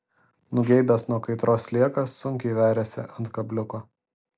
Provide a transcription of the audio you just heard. nugeibęs nuo kaitros sliekas sunkiai veriasi ant kabliuko